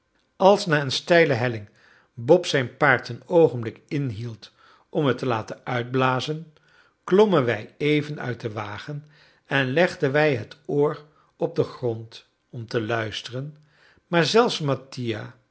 als na eene steile helling bob zijn paard een oogenblik inhield om het te laten uitblazen klommen wij even uit den wagen en legden wij het oor op den grond om te luisteren maar zelfs mattia